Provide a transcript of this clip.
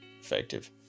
effective